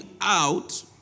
out